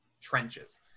trenches